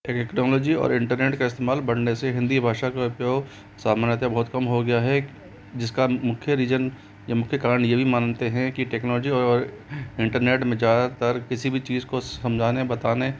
एक एग्ड्नोलॉजी और इंटरनेट का इस्तेमाल बढ़ने से हिंदी भाषा का उपयोग सामान्यतः बहुत कम हो गया है जिसका मुख्य रीजन या मुख्य कारण यह भी मानते हैं कि टेक्नोलॉजी और इंटरनेट में ज़्यादातर किसी भी चीज़ को समझाने बताने